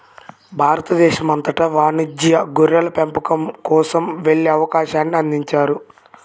భారతదేశం అంతటా వాణిజ్య గొర్రెల పెంపకం కోసం వెళ్ళే అవకాశాన్ని అందించారు